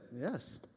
Yes